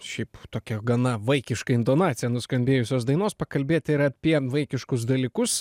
šiaip tokia gana vaikiška intonacija nuskambėjusios dainos pakalbėti ir apie vaikiškus dalykus